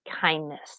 kindness